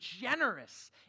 generous